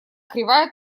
кривая